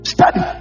Study